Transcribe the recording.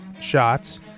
shots